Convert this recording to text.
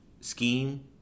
scheme